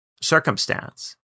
circumstance